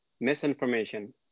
misinformation